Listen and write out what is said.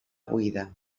buida